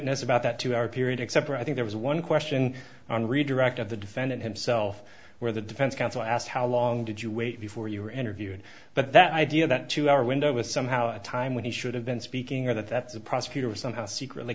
witness about that two hour period except i think there was one question on redirect of the defendant himself where the defense counsel asked how long did you wait before you were interviewed but that idea that two hour window was somehow a time when he should have been speaking or that that's the prosecutor was somehow secretly